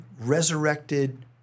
resurrected